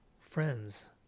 friends